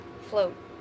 float